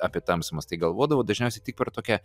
apie tamsumas tai galvodavo dažniausiai tik per tokią